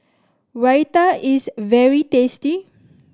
raita is very tasty